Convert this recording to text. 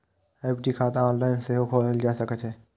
FD खाता online सेहो खोलाएल जा सकै छै